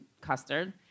custard